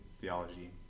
theology